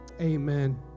Amen